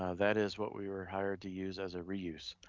ah that is what we were hired to use as a reuse.